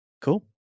Cool